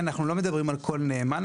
אנחנו לא מדברים על כל נאמן,